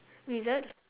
wizard